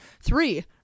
Three